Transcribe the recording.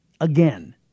again